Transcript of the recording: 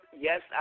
Yes